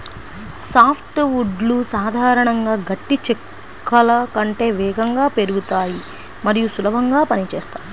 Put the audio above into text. soft వుడ్లు సాధారణంగా గట్టి చెక్కల కంటే వేగంగా పెరుగుతాయి మరియు సులభంగా పని చేస్తాయి